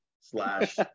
slash